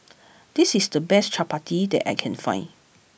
this is the best Chapati that I can find